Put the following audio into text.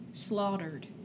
slaughtered